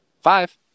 Five